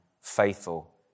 faithful